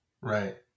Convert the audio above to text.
Right